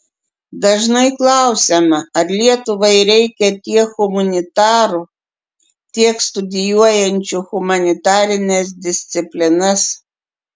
dažnai klausiama ar lietuvai reikia tiek humanitarų tiek studijuojančių humanitarines disciplinas